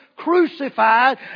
crucified